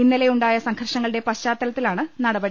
ഇന്നലെ ഉണ്ടായ സംഘർഷങ്ങളുടെ പശ്ചാത്തലത്തിലാണ് നടപടി